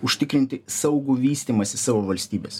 užtikrinti saugų vystymąsi savo valstybės